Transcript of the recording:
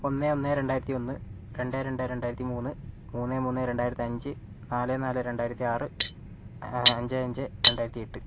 ഒന്ന് ഒന്ന് രണ്ടായിരത്തി ഒന്ന് രണ്ട് രണ്ട് രണ്ടായിരത്തിമൂന്ന് മൂന്ന് മൂന്ന് രണ്ടായിരത്തി അഞ്ച് നാല് നാല് രണ്ടായിരത്തി ആറ് അഞ്ച് അഞ്ച് രണ്ടായിരത്തി എട്ട്